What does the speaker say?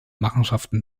machenschaften